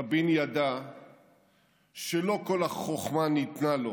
רבין ידע שלא כל החוכמה ניתנה לו